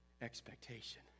expectation